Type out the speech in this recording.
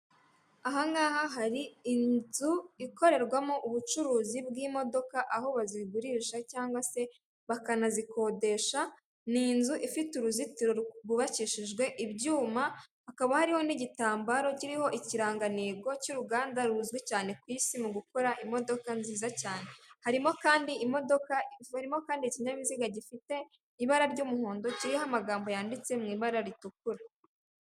Aha ngaha hari inzu ikorerwamo ubucuruzi bw'imodoka, aho bazigurisha cyangwa se bakanazikodesha, ni inzu ifite uruzitiro rwubakishijwe ibyuma hakaba hariho n'igitambaro kiriho ikirangantego cy'uruganda ruzwi cyane ku isi mu gukora imodoka nziza cyane, harimo kandi ikinyabiziga gifite ibara ry'umuhondo kiriho amagambo yanditse mu ibara ritukura.